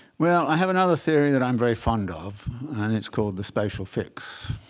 well, i have another theory that i'm very fond of. and it's called the spatial fix,